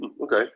Okay